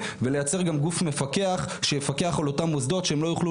ולייצר גם גוף מפקח שיפקח על אותם מוסדות שהם לא יוכלו